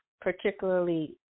particularly